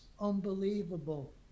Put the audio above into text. unbelievable